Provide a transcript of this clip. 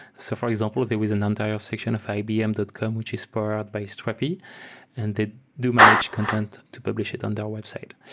so for example, there is an entire section of ibm dot com which is powered by strapi and they do manage content to publish it on their website.